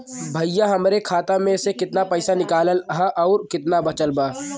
भईया हमरे खाता मे से कितना पइसा निकालल ह अउर कितना बचल बा?